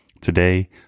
Today